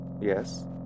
yes